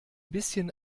bisschen